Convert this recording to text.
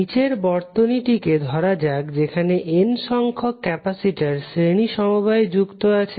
নিচের বর্তনীটিকে ধরা যাক যেখানে n সংখ্যক ক্যাপাসিটর শ্রেণী সমবায়ে যুক্ত আছে